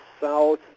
south